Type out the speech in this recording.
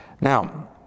Now